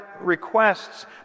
requests